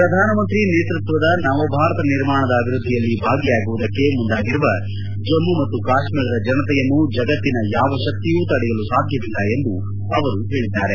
ಪ್ರಧಾನಮಂತ್ರಿ ನೇತೃತ್ವದ ನವಭಾರತ ನಿರ್ಮಾಣದ ಅಭಿವೃದ್ದಿಯಲ್ಲಿ ಭಾಗಿಯಾಗುವುದಕ್ಕೆ ಮುಂದಾಗಿರುವ ಜಮ್ಮ ಮತ್ತು ಕಾಶ್ತೀರದ ಜನತೆಯನ್ನು ಜಗತ್ತಿನ ಯಾವ ಶಕ್ತಿಯೂ ತಡೆಯಲು ಸಾಧ್ಯವಿಲ್ಲ ಎಂದು ಅವರು ಹೇಳಿದ್ದಾರೆ